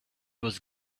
was